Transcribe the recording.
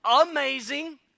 amazing